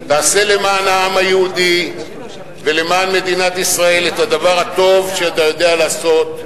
תעשה למען העם היהודי ולמען מדינת ישראל את הדבר הטוב שאתה יודע לעשות,